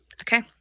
okay